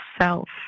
self